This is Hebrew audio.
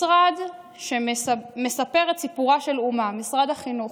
משרד שמספר את סיפורה של אומה, משרד החינוך,